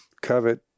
covet